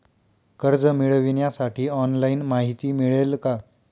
कर्ज मिळविण्यासाठी ऑनलाइन माहिती मिळेल का?